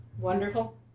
Wonderful